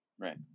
Right